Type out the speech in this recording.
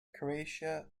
croatia